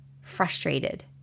frustrated